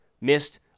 missed